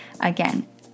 again